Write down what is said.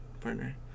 partner